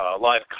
live